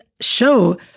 show